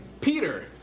Peter